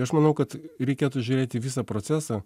aš manau kad reikėtų žiūrėti į visą procesą